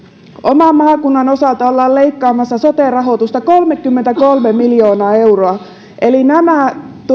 oman maakuntani osalta ollaan leikkaamassa sote rahoitusta kolmekymmentäkolme miljoonaa euroa eli nämä